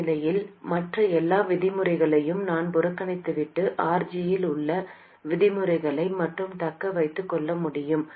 இந்த நிலையில் மற்ற எல்லா விதிமுறைகளையும் நான் புறக்கணித்துவிட்டு RG உள்ள விதிமுறைகளை மட்டும் தக்க வைத்துக் கொள்ள முடியும்